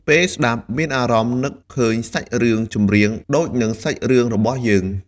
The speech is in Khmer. ពេលស្តាប់មានអារម្មណ៍នឹកឃើញសាច់រឿងចម្រៀងដូចនិងសាច់រឿងរបស់យើង។